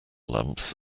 lamps